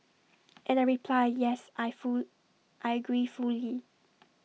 and I reply yes I full I agree fully